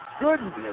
goodness